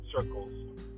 circles